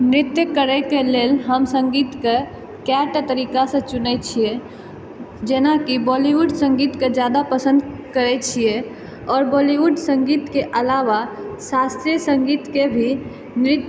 नृत्य करैके लेल हम सङ्गीतके कए टा तरीकासँ चुनै छियै जेनाकि बॉलीवुड सङ्गीतके जादा पसन्द करै छियै आओर बॉलीवुड सङ्गीतके अलावा शास्त्रीय सङ्गीतके भी नृत्य